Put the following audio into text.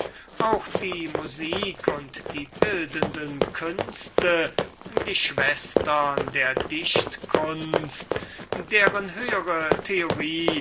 auch die malerei und die musik die schwestern der dichtkunst deren höhere theorie